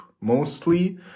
mostly